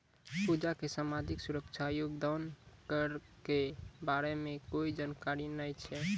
पूजा क सामाजिक सुरक्षा योगदान कर के बारे मे कोय जानकारी नय छै